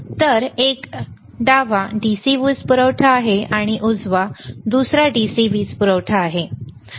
हा एक डावा DC वीज पुरवठा आहे हा उजवा दुसरा DC वीज पुरवठा आहे